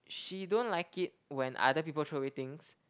she don't like it when other people throw away things